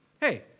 Hey